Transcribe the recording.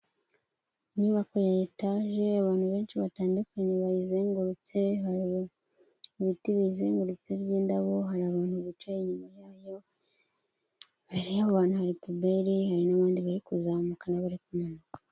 Inyubako ya etaje y'abantu benshi batandukanye bayizengurutse hari ibiti biyizengurutse by'indabo, hari abantu bicaye inyuma yayo imbere y'abantu hari puberi, hari n'abandi bari kuzamuka n'abari bari kumanuka.